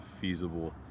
feasible